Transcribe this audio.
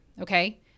okay